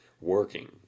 working